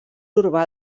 urbà